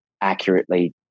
accurately